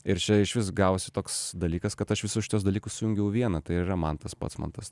ir čia išvis gavosi toks dalykas kad aš visus šituos dalykus sujungiau į vieną tai ir yra mantas patsmantas